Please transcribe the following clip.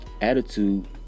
Attitude